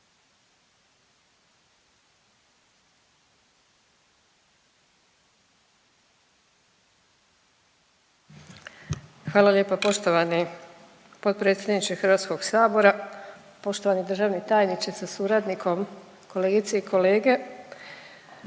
Hvala lijepa. Poštovani potpredsjedniče Hrvatskog sabora, poštovani državni tajniče sa suradnicom, kolegice i kolege,